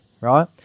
right